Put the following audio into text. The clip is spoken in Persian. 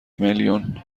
میلیون